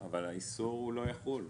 אבל האיסור הזה לא יחול עליהם.